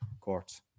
courts